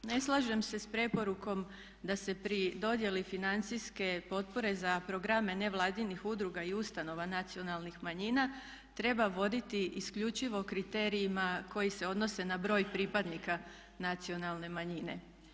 Ne slažem se s preporukom da se pri dodjeli financijske potpore za programe nevladinih udruga i ustanova nacionalnih manjina treba voditi isključivo kriterijima koji se odnose na broj pripadnika nacionalne manjine.